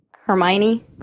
Hermione